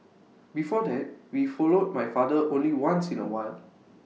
before that we followed my father only once in A while